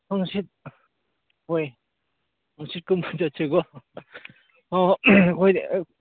ꯍꯥꯡꯆꯤꯠ ꯍꯣꯏ ꯍꯥꯡꯆꯤꯠ ꯀꯨꯝꯕ ꯆꯠꯁꯤꯀꯣ ꯍꯣ ꯍꯣ ꯑꯩꯈꯣꯏꯗꯤ